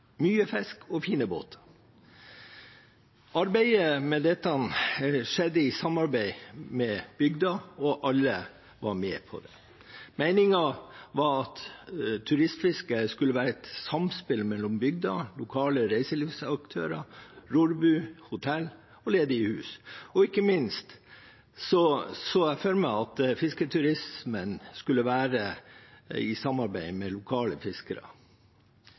mye fisk og fine båter. Arbeidet med dette skjedde i samarbeid med bygda, og alle var med på det. Meningen var at turistfisket skulle være et samspill mellom bygda og lokale reiselivsaktører, med rorbuer, hotell og ledige hus, og ikke minst så jeg for meg at fisketurismen skulle være i samarbeid med lokale fiskere